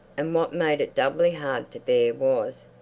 and what made it doubly hard to bear was,